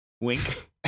Wink